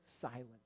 silent